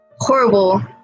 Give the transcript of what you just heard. horrible